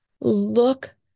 Look